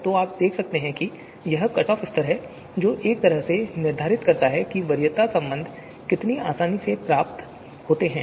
तो आप देख सकते हैं कि यह कट ऑफ स्तर है जो एक तरह से निर्धारित करता है कि वरीयता संबंध कितनी आसानी से प्राप्त होते हैं